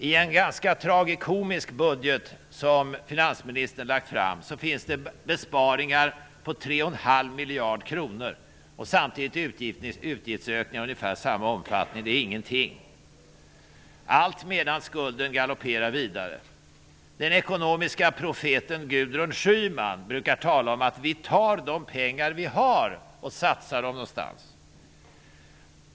I en ganska tragikomisk budget, som finansministern har lagt fram, finns besparingar på 3,5 miljarder kronor, samtidigt som utgiftsökningarna är av ungefär samma omfattning. Det är ingenting. Allt detta sker medan skulden galopperar vidare. Den ekonomiska profeten Gudrun Schyman brukar tala om att ''vi tar de pengar vi har och satsar dem någonstans''.